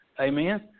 Amen